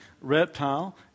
reptile